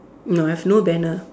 no I have no banner